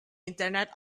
internet